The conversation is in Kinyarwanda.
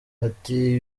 ati